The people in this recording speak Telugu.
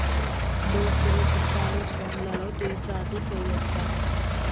దోస్తులు చుట్టాలు ఫోన్లలో రీఛార్జి చేయచ్చా?